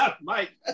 Mike